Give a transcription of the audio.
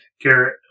Garrett